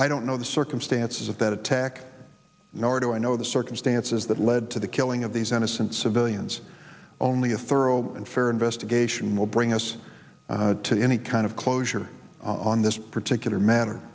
i don't know the circumstances of that attack nor do i know the circumstances that led to the killing of these innocent civilians only a thorough and fair investigation will bring us to any kind of closure on this particular ma